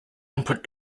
input